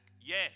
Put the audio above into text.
Yes